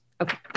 Okay